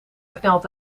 knelt